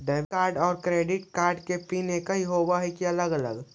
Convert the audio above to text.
Debit और credit card के PIN एकही होव हइ या अलग अलग?